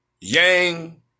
Yang